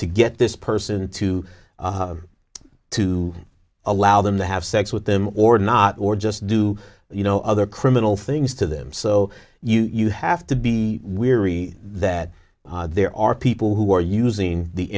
to get this person to to allow them to have sex with them or not or just do you know other criminal things to them so you have to be weary that there are people who are using the